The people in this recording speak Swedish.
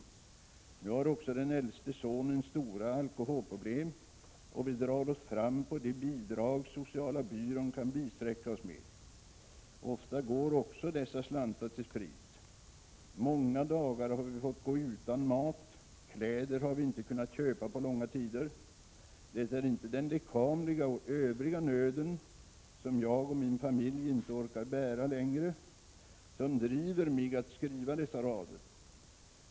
Nu har också den äldste sonen stora alkoholproblem och vi drar oss fram på de bidrag sociala byrån kan bisträcka oss med. Ofta går också dessa slantar till sprit. Många dagar har vi fått gå utan mat. Kläder har vi inte kunnat köpa på långa tider. Det är inte den lekamliga och övriga nöden , som driver mig att skriva dessa rader.